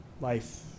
life